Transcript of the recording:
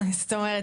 זאת אומרת,